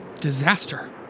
disaster